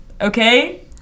okay